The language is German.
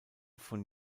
von